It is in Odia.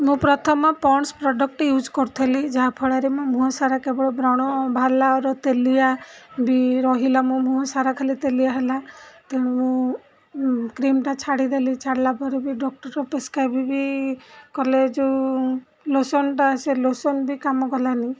ମୁଁ ପ୍ରଥମ ପଣ୍ଡସ୍ ପ୍ରଡ଼କ୍ଟ୍ ୟୁଜ୍ କରିଥିଲି ଯାହାଫଳରେ ମୋ ମୁହଁ ସାରା କେବଳ ବ୍ରଣ ବାହାରିଲା ତେଲିଆ ବି ରହିଲା ମୋ ମୁହଁ ସାରା ଖାଲି ତେଲିଆ ହେଲା ତେଣୁ ମୁଁ କ୍ରିମ୍ଟା ଛାଡ଼ିଦେଲି ଛାଡ଼ିଲା ପରେ ବି ଡକ୍ଟର୍ ପ୍ରେସ୍କ୍ରାଇବ୍ କଲେ ଯେଉଁ ଲୋସନ୍ଟା ସେ ଲୋସନ୍ ବି କାମ କଲାନି